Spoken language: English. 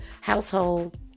household